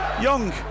Young